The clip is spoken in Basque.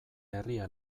herria